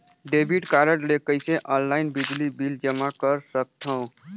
Debit card ले कइसे online बिजली बिल जमा कर सकथव?